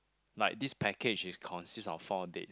like this package is consist of four date